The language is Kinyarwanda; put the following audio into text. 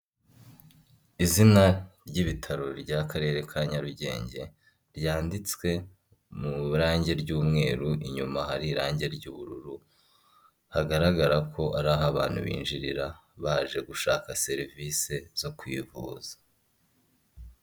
Izina ry'ibitaro ry'Akarere ka Nyarugenge, ryanditswe mu irangi ry'umweru, inyuma hari irangi ry'ubururu, hagaragara ko ari aho abantu binjirira, baje gushaka serivisi zo kwivuza.